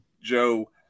Joe